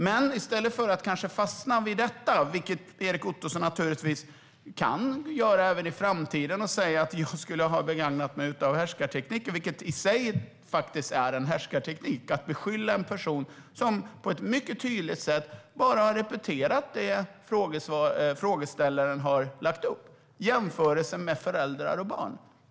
Erik Ottoson naturligtvis kan fastna i detta även i framtiden och säga att jag har begagnat mig av härskarteknik. Men det är en härskarteknik i sig att rikta beskyllningar mot en person som bara på ett mycket tydligt sätt har repeterat det som frågeställaren har lagt upp, nämligen jämförelsen med föräldrar och barn.